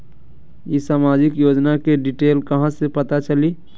ई सामाजिक योजना के डिटेल कहा से पता चली?